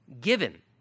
given